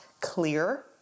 clear